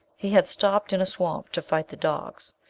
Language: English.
he had stopped in a swamp to fight the dogs,